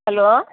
hello